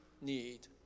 need